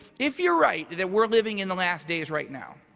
if you're right, that we're living in the last days right now,